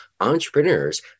entrepreneurs